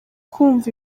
kumva